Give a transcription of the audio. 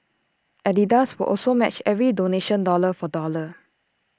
Adidas will also match every donation dollar for dollar